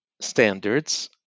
standards